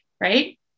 right